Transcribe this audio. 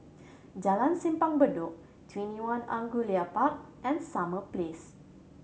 Jalan Simpang Bedok TwentyOne Angullia Park and Summer Place